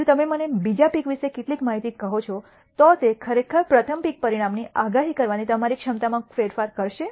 જો તમે મને બીજા પીક વિશે કેટલીક માહિતી કહો છો તો તે ખરેખર પ્રથમ પીક પરિણામની આગાહી કરવાની તમારી ક્ષમતામાં ફેરફાર કરશે